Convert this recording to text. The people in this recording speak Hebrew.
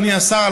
אדוני השר,